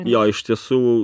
jo iš tiesų